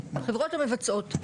המבצעות, חברות המבצעות,